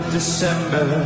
December